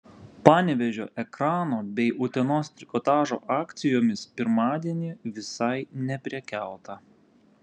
panevėžio ekrano bei utenos trikotažo akcijomis pirmadienį visai neprekiauta